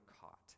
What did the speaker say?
caught